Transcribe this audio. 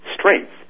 strength